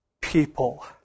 people